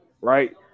right